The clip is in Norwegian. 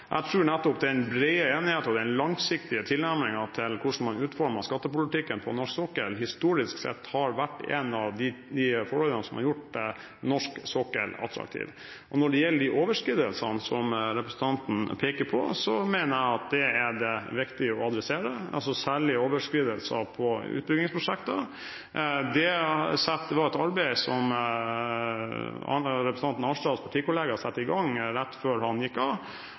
Jeg tror nettopp den brede enigheten om og den langsiktige tilnærmingen til hvordan man utformer skattepolitikken for norsk sokkel, historisk sett har vært et av de forholdene som har gjort norsk sokkel attraktiv. Når det gjelder de overskridelsene som representanten peker på, mener jeg at dette er det viktig å adressere, særlig overskridelser på utbyggingsprosjekter. Det var et arbeid som representanten Arnstads partikollega satte i gang rett før han gikk av,